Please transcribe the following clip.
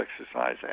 exercise